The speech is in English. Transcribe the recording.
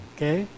Okay